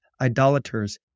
idolaters